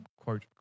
quote